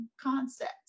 concept